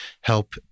help